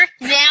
Now